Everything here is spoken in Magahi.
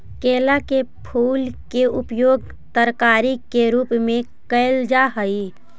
केला के फूल के उपयोग तरकारी के रूप में कयल जा हई